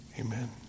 Amen